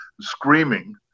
screaming